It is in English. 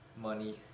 Money